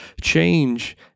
change